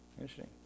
Interesting